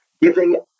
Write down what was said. giving